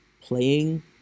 playing